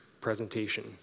presentation